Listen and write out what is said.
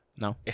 No